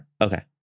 Okay